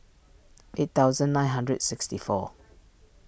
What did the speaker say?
eight thousand nine hundred sixty four